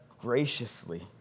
graciously